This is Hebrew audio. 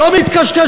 לא מתקשקש